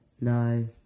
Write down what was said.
No